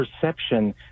perception